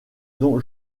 don